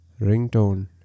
ringtone